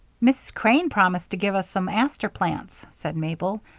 mrs. crane promised to give us some aster plants, said mabel.